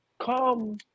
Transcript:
come